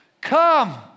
Come